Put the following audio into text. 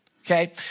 Okay